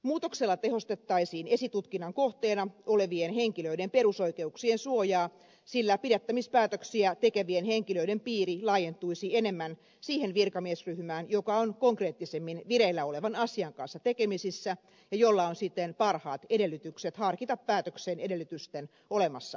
muutoksella tehostettaisiin esitutkinnan kohteena olevien henkilöiden perusoikeuksien suojaa sillä pidättämispäätöksiä tekevien henkilöiden piiri laajentuisi enemmän siihen virkamiesryhmään joka on konkreettisemmin vireillä olevan asian kanssa tekemisissä ja jolla on siten parhaat edellytykset harkita päätöksen edellytysten olemassaoloa